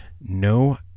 No